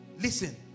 listen